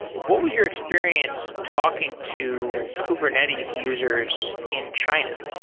what was your experience talking to kubernetes users in china?